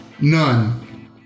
None